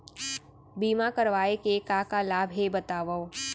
बीमा करवाय के का का लाभ हे बतावव?